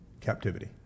captivity